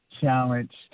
challenged